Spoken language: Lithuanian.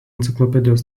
enciklopedijos